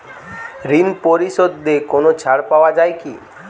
ঋণ পরিশধে কোনো ছাড় পাওয়া যায় কি?